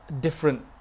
different